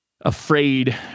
afraid